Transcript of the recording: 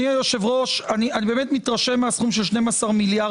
מההסכמים הקואליציוניים אני מבין שלבנות שלי לא נשאר כאן שום דבר.